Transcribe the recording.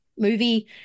movie